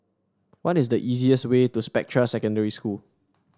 what is the easiest way to Spectra Secondary School